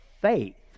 faith